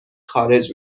خارج